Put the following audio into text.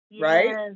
Right